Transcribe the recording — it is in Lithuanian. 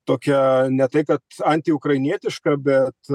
tokia ne tai kad anti ukrainietiška bet